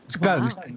ghost